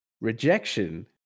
rejection